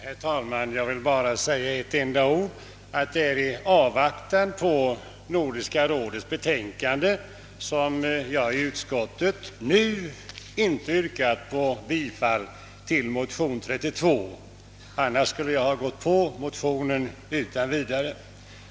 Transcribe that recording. Herr talman! Jag vill bara säga att det är i avvaktan på Nordiska rådets betänkande som jag i utskottet inte yrkade bifall till motion II: 32. I annat fall skulle jag utan vidare ha tillstyrkt motionen.